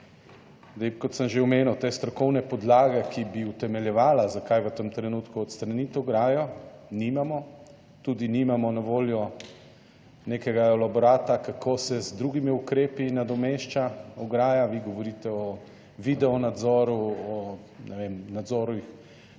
Zdaj, kot sem že omenil, te strokovne podlage, ki bi utemeljevala, zakaj v tem trenutku odstraniti ograjo, nimamo, tudi nimamo na voljo nekega elaborata, kako se z drugimi ukrepi nadomešča ograja. Vi govorite o video nadzoru, o, ne